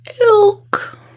Ilk